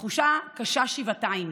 התחושה קשה שבעתיים: